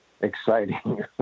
exciting